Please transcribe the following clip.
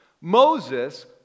Moses